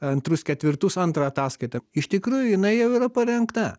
antrus ketvirtus antrą ataskaitą iš tikrųjų jinai jau yra parengta